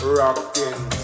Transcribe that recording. rocking